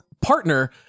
partner